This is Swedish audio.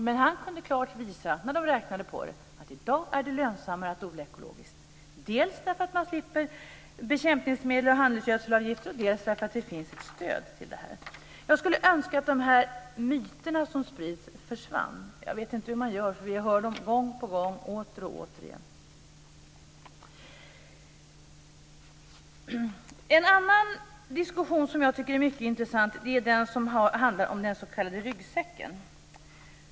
Men han kunde klart visa att det i dag är lönsammare att odla ekologiskt, dels därför att man slipper bekämpningsmedels och handelsgödselsavgifter, dels därför att det finns ett stöd till det. Jag skulle önska att de myter som sprids försvann. Jag vet inte hur man gör, vi hör dem gång på gång, åter och återigen. En annan diskussion som jag tycker är intressant är den som handlar om den s.k. ryggsäcken.